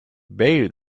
bail